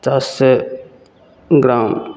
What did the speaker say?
दसे ग्राम